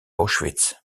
auschwitz